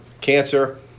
cancer